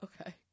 Okay